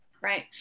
Right